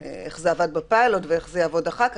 איך זה עבד בפיילוט ואיך זה יעבוד אחר כך?